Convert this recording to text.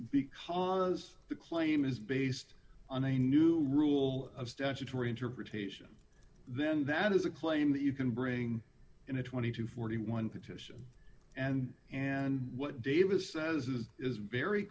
because the claim is based on a new rule of statutory interpretation then that is a claim that you can bring in a twenty to forty one petition and and what davis says is is very